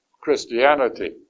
Christianity